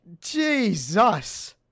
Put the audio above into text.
Jesus